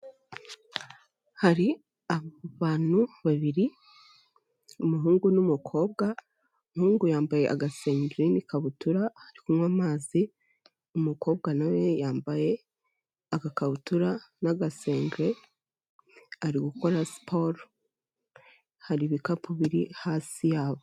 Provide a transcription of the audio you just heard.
Hari abantu babiri, umuhungu n'umukobwa, umuhungu yambaye agasengeri n'ikabutura ari kunywa amazi, umukobwa na we yambaye agakabutura n'agasengeri ari gukora siporo, hari ibikapu biri hasi yabo.